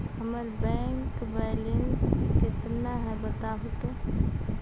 हमर bank balance केतना है बताहु तो?